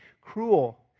cruel